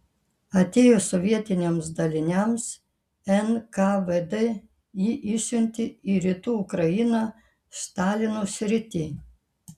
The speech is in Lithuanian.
atėjus sovietiniams daliniams nkvd jį išsiuntė į rytų ukrainą stalino sritį